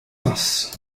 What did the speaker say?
dense